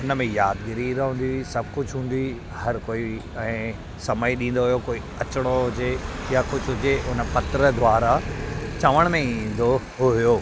हुन में यादिगिरी रहंदी हुई सभु कुझु हूंदी हुई हर कोई ऐं समय डींदा हुआ अचिणो हुजे या कुझु हुजे हुन पत्र द्वारा चवण में ई ईंदो हुओ